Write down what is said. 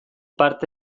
parte